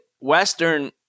Western